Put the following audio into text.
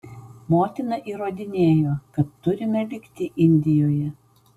motina įrodinėjo kad turime likti indijoje